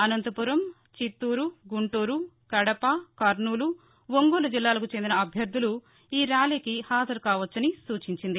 అనంతపురం చిత్తూరు గుంటూరు కడప కర్నూలు ఒంగోలు జిల్లాలకు చెందిన అభ్యర్థులు ఈ ర్యాలీకి హాజరుకావచ్చని సూచించింది